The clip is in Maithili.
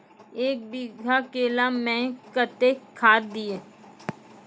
एक बीघा केला मैं कत्तेक खाद दिये?